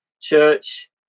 church